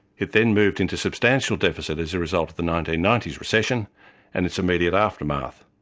it then moved into substantial deficit as a result of the nineteen ninety s recession and its immediate aftermath.